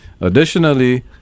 Additionally